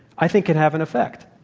i think, can have an effect.